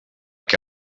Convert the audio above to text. què